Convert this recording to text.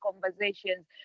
conversations